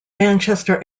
manchester